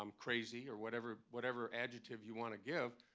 um crazy, or whatever whatever adjective you want to give.